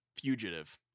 Fugitive